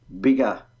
bigger